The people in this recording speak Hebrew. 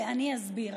ואני אסביר.